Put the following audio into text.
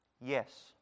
Yes